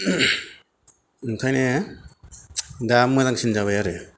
ओंखायनो दा मोजांसिन जाबाय आरो